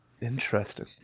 Interesting